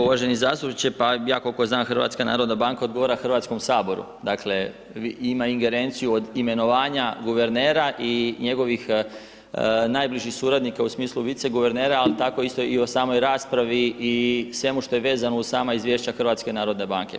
Uvaženi zastupniče, pa ja koliko znam HNB odgovara Hrvatskom saboru, dakle ima ingerenciju od imenovanja guvernera i njegovih najbližih suradnika u smislu vice guvernera ali tako isto i o samoj raspravi svemu što je vezano uz sama izvješća HNB-a.